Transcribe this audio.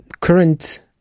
Current